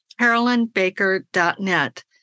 carolynbaker.net